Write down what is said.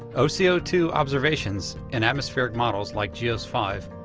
oco two observations and atmospheric models like geos five,